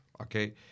okay